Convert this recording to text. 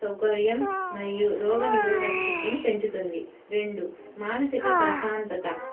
సౌకర్యం మరియు రోగనిరోధక శక్తిని పెంచుతుంది రెండు మానసిక ప్రశాంతత